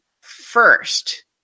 first